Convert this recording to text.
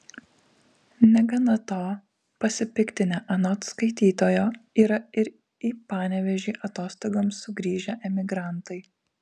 negana to pasipiktinę anot skaitytojo yra ir į panevėžį atostogoms sugrįžę emigrantai